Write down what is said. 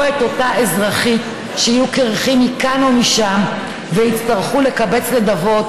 את אותה אזרחית שיהיו קרחים מכאן ומשם ויצטרכו לקבץ נדבות,